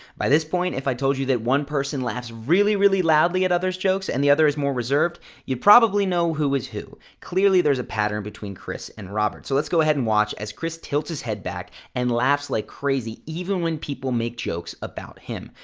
this point, if i told you that one person laughs really, really loudly at other's jokes and the other is more reserved, you probably know who is who. clearly, there's a pattern between chris and robert, so let's go ahead and watch as chris tilts his head back and laughs like crazy even when people make jokes about him.